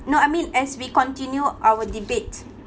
no I mean as we continue our debate